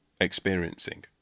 Experiencing